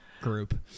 group